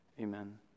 Amen